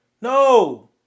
No